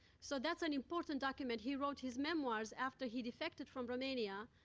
so, that's an important document. he wrote his memoirs after he defected from romania,